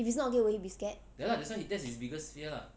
if he's not gay will he be scared